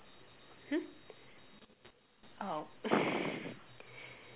mm oh